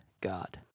God